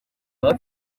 baba